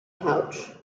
pouch